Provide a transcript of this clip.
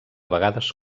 vegades